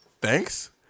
thanks